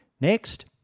Next